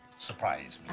surprise